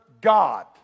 God